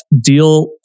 deal